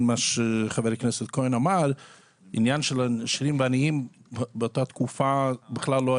יש פה נייר עמדה, ובו הם אומרים בפירוש: אין